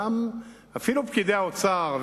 אפילו פקידי האוצר,